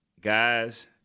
guys